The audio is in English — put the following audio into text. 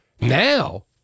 Now